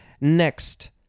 Next